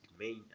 main